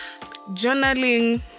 journaling